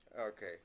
okay